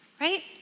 right